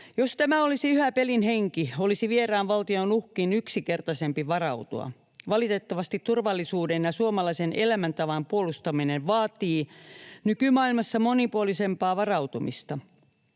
Jos tämä olisi yhä pelin henki, olisi vieraan valtion uhkiin yksinkertaisempaa varautua. Valitettavasti turvallisuuden ja suomalaisen elämäntavan puolustaminen vaatii nykymaailmassa monipuolisempaa varautumista.